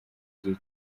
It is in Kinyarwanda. igihe